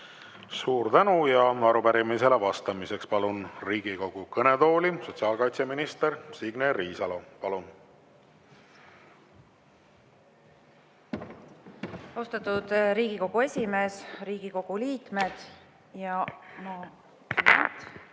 Suur tänu! Arupärimisele vastamiseks palun Riigikogu kõnetooli sotsiaalkaitseminister Signe Riisalo. Palun! Austatud Riigikogu esimees! Riigikogu liikmed!